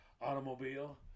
automobile